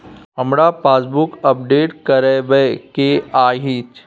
हमरा passbook update करैबे के अएछ?